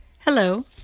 Hello